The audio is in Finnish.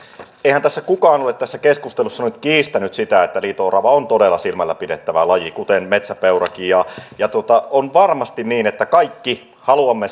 eihän kukaan ole tässä keskustelussa nyt kiistänyt sitä että liito orava on todella silmällä pidettävä laji kuten metsäpeurakin ja ja on varmasti niin että kaikki haluamme